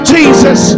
Jesus